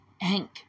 Hank